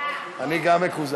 (החרגת